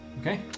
Okay